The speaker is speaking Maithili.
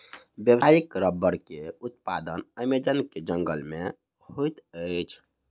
व्यावसायिक रबड़ के उत्पादन अमेज़न के जंगल में होइत अछि